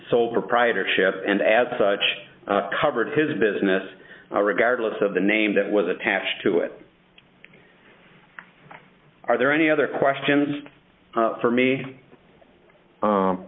sole proprietorship and as such covered his business regardless of the name that was attached to it are there any other questions for me